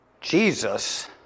Jesus